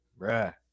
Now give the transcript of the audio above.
Bruh